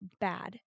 bad